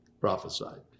prophesied